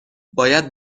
باید